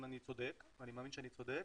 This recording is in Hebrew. אם אני צודק ואני מאמין שאני צודק,